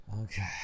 Okay